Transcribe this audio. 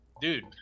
dude